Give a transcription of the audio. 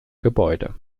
gebäude